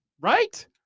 right